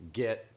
get